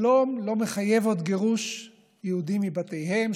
שלום לא מחייב עוד גירוש יהודים מבתיהם,